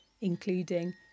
including